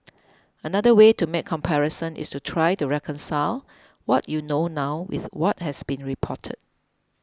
another way to make comparisons is to try to reconcile what you know now with what has been reported